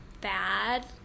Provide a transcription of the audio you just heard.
bad